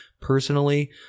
Personally